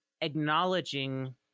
acknowledging